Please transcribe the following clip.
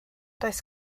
does